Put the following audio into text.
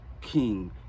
king